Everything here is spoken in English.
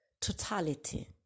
totality